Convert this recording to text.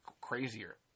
crazier